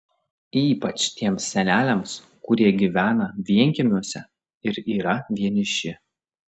ypač tiems seneliams kurie gyvena vienkiemiuose ir yra vieniši